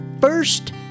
first